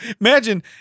imagine